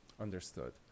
Understood